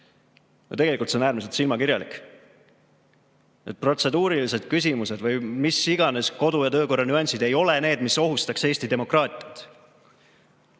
Aga tegelikult on see äärmiselt silmakirjalik. Protseduurilised küsimused või mis iganes kodu‑ ja töökorra nüansid ei ole need, mis ohustaksid Eesti demokraatiat.